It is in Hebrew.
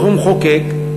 וכמחוקק,